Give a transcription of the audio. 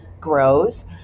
grows